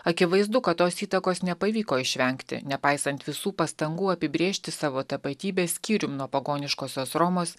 akivaizdu kad tos įtakos nepavyko išvengti nepaisant visų pastangų apibrėžti savo tapatybės skyrium nuo pagoniškosios romos